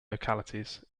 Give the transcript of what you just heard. localities